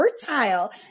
fertile